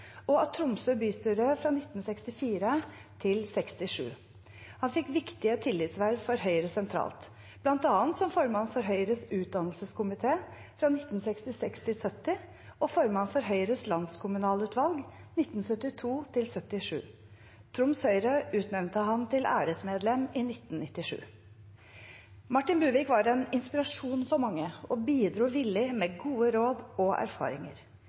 og av Tromsø bystyre fra 1964 til 1967. Han fikk viktige tillitsverv for Høyre sentralt, bl.a. som formann for Høyres utdannelseskomité fra 1966 til 1970 og formann for Høyres landskommunalutvalg fra 1972 til 1977. Troms Høyre utnevnte ham til æresmedlem i 1997. Martin Buvik var en inspirasjon for mange og bidro villig med gode råd og erfaringer.